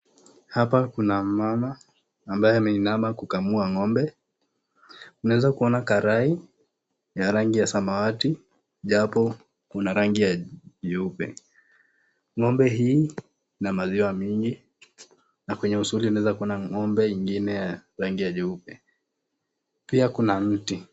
Hapa Kuna mama ambaye ameinama kukamua ngombe naeza kuona karai ya rangi ya zamawadi japo Kuna rangi ya nyeupe ngombe hii akona maziwa mingi na kwenye uzuri hakuna mgomba anaeza ya rangi nyeupe pia Kuna mtu.